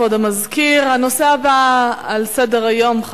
חברי חברי הכנסת, הנושא הבא על סדר-היום: